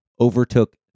overtook